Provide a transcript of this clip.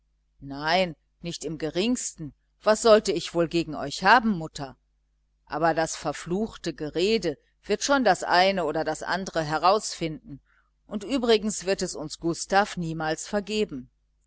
nein nicht im geringsten was sollte ich wohl gegen euch haben mutter aber das verfluchte gerede wird schon das eine oder das andre herausfinden und übrigens wird es uns gustav niemals vergeben